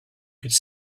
could